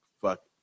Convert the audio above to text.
fuck